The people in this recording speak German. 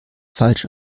falsch